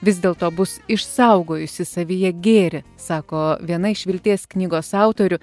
vis dėlto bus išsaugojusi savyje gėrį sako viena iš vilties knygos autorių